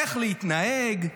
איך להתנהג,